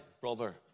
brother